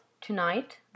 tonight